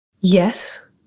yes